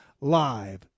live